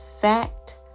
fact